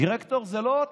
דירקטור זה לא תפקיד.